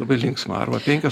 labai linksma arba penkios